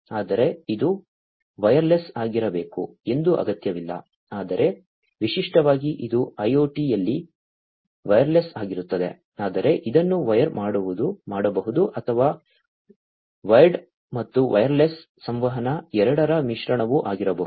ಆದರೆ ಇದು ವೈರ್ಲೆಸ್ ಆಗಿರಬೇಕು ಎಂದು ಅಗತ್ಯವಿಲ್ಲ ಆದರೆ ವಿಶಿಷ್ಟವಾಗಿ ಇದು IOTಯಲ್ಲಿ ವೈರ್ಲೆಸ್ ಆಗಿರುತ್ತದೆ ಆದರೆ ಇದನ್ನು ವೈರ್ ಮಾಡಬಹುದು ಅಥವಾ ವೈರ್ಡ್ ಮತ್ತು ವೈರ್ಲೆಸ್ ಸಂವಹನ ಎರಡರ ಮಿಶ್ರಣವೂ ಆಗಿರಬಹುದು